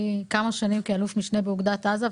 במשך כמה שנים כאלוף משנה באוגדת עזה,